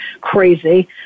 crazy